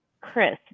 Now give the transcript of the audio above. Chris